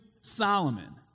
Solomon